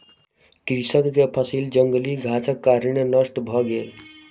कृषक के फसिल जंगली घासक कारणेँ नष्ट भ गेल